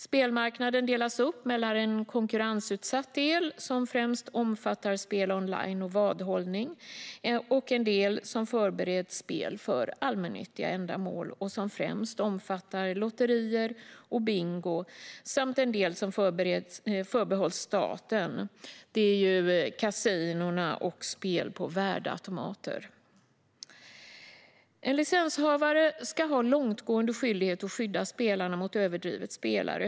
Spelmarknaden delas upp i en konkurrensutsatt del, som främst omfattar spel online och vadhållning, en del som förbehålls spel för allmännyttiga ändamål och främst omfattar lotterier och bingo samt en del som förbehålls staten och omfattar kasinona och spel på värdeautomater. En licenshavare ska ha långtgående skyldighet att skydda spelarna mot överdrivet spelande.